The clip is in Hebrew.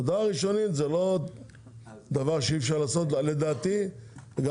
הודעה ראשונית זה לא דבר שאי אפשר לעשות לדעתי גם